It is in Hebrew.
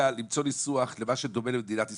למצוא ניסוח למה שדומה למדינת ישראל,